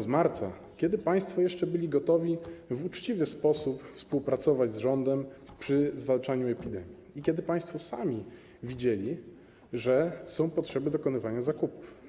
z marca, kiedy państwo jeszcze byli gotowi w uczciwy sposób współpracować z rządem przy zwalczaniu epidemii i kiedy państwo sami widzieli, że jest potrzeba dokonywania zakupów.